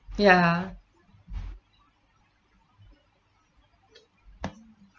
ya